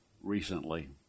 recently